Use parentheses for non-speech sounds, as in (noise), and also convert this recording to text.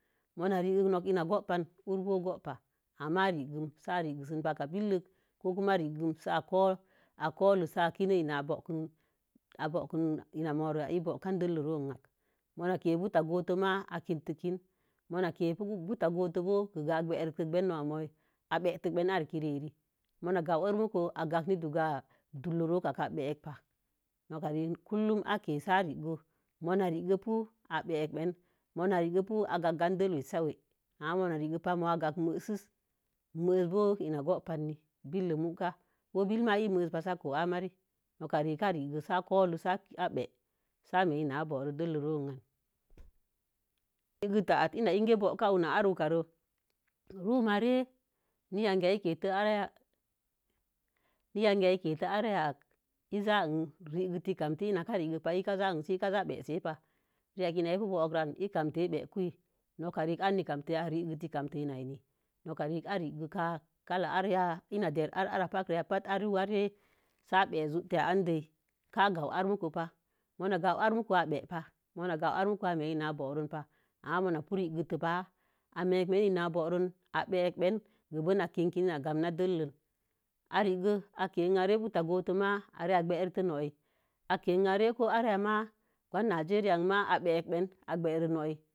Ma rek nok ina a goban uru bo̱o̱ goba'a. Ama regəme (unintelligible) nok palka billək, ko kuma regemen se a kolo se a kine ina a bo̱o̱kon a bo̱o̱kon ina muron ina bo̱o̱kon ina muron ina bo̱o̱ka dellə re n. Ma ke bo̱o̱ta gowuto bo̱o̱ akin. Ma kekə buta gowuto bo̱o̱ a gweritə no'i moí. A bəte a ki reare mo̱o̱ gamwe aran muko. A gang n duga dunlo ro kanka. A bək pa. Noka regek a ke seare kə. Ma re kə pu, a bənin ma re kə pu a ganan dellə wesak we. Ama ma ri'gə pa mo bo̱o̱ a gak me'əsəs. Me'əsə bo̱o̱ ina ko ba'a née billək muka. Ko bill ma i meəsə pa ko saiko a marii. Nok karei a regə se a kolo sei a bə'a dəllə ron a n. Regəta atə i kə goka ko wuna awukare rum a re na yagiyan ya i kəte ara yakə na yagiyan ya i kəte ara yakə. Í za a n regətei gamti, i kə re kə pa i kə za a, n se i kə bəsai ba. Reyak ina ape bo̱o̱ranan í kamte ba̱kú wə nok rerk a n kamte reya regəte kamte rə i n reənin. Noka regə kə kamtə reya'a regə te kamtə ina i nei. Nok ka rək a regə ka la ai, ka ina dəre are kala pa ya, a ru arə se a bəse zur ti dəéé. Ka gamwu aru mukə pa. Mo ná gamwu a muko a bə'a'a. Muma gawu arə muko á bəá ba. Ama ma pi reketə pa a meman ina á bo̱ron, i bəáí giben a kin a gamna dellən. Aregə a ke nan i re buta go̱o̱to ma i re a gwertə no̱'i, a kə'an are ko ara ya gon nigeria'a an ma a bəa'a i gwere no'i.